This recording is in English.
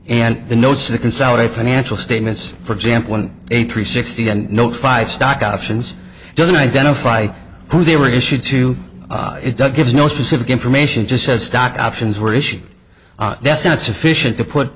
and the notes the consolidate financial statements for example on a three sixty and no five stock options doesn't identify who they were issued to it doug gives no specific information just says stock options were issued that's not sufficient to put